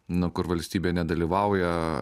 nu kur valstybė nedalyvauja